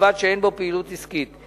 ובלבד שאין בו פעילות עסקית.